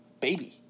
baby